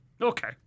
Okay